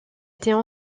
étaient